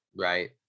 right